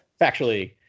factually